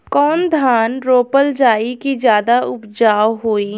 कौन धान रोपल जाई कि ज्यादा उपजाव होई?